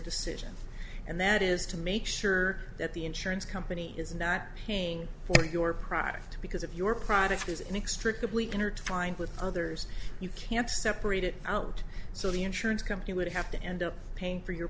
decision and that is to make sure that the insurance company is not paying for your product because if your product is inextricably intertwined with others you can't separate it out so the insurance company would have to end up paying for your